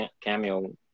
cameo